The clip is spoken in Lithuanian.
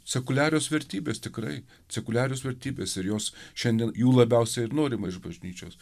sekuliarios vertybės tikrai sekuliarios vertybės ir jos šiandien jų labiausiai ir norima iš bažnyčios